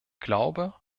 glaube